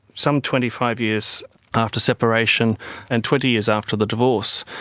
some twenty five years after separation and twenty years after the divorce,